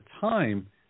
time